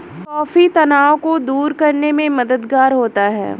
coffee तनाव को दूर करने में मददगार होता है